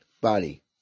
body